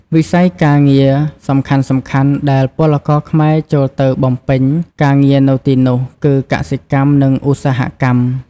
វិស័យការងារសំខាន់ៗដែលពលករខ្មែរចូលទៅបំពេញការងារនៅទីនោះគឺ កសិកម្ម និង ឧស្សាហកម្ម ។